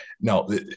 No